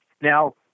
Now